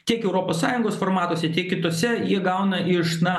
tiek europos sąjungos formatuose tiek kituose ji gauna iš na